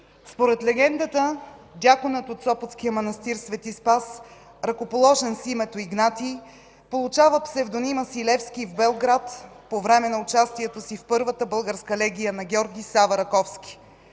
Според легендата Дякона от Сопотския манастир „Свети Спас”, ръкоположен с името Игнатий, получава псевдонима си Левски в Белград по време на участието си в Първата българска легия на Георги Сава Раковски.